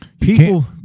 People